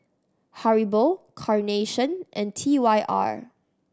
Haribo Carnation and T Y R